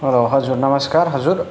अँ हजुर नमस्कार हजुर